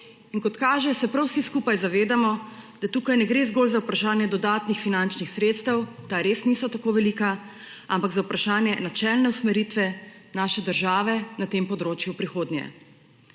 in kot kaže, se prav vsi skupaj zavedamo, da tukaj ne gre zgolj za vprašanje dodatnih finančnih sredstev, ta res niso tako velika, ampak za vprašanje načelne usmeritve naše države na tem področju v prihodnje.